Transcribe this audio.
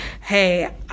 hey